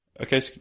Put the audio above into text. Okay